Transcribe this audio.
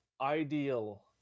ideal